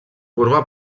formà